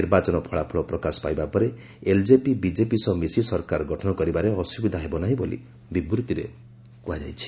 ନିର୍ବାଚନ ଫଳାଫଳ ପ୍ରକାଶ ପାଇବା ପରେ ଏଲଜେପି ବିଜେପି ସହ ମିଶି ସରକାର ଗଠନ କରିବାରେ ଅସୁବିଧା ନାହିଁ ବୋଲି ବିବୃତିରେ କୁହାଯାଇଛି